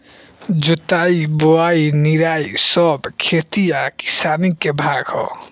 जोताई बोआई निराई सब खेती आ किसानी के भाग हा